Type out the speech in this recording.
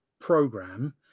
program